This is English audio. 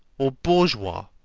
or bourgeois,